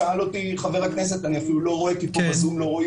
שאל אותי חבר הכנסת מקלב אני לא רואה כי ב-זום לא רואים